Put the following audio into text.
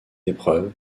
épreuve